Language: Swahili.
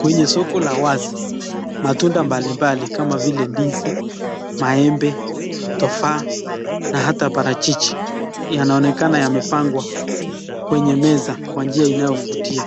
Kwenye soko la wazi matunda mbali mbali kama vile ndizi, maembe, tofaa na hata parachichi yanaonekana yamepangwa kwenye meza kwa njia inayovutia